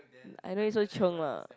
I no need so chiong lah